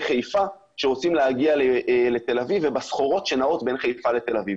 חיפה שרוצים להגיע לתל אביב ובסחורות שנעות בין חיפה לתל אביב.